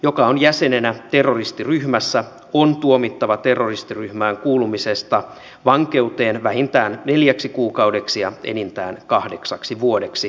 joka on jäsenenä terroristiryhmässä on tuomittava terroristiryhmään kuulumisesta vankeuteen vähintään neljäksi kuukaudeksi ja enintään kahdeksaksi vuodeksi